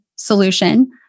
Solution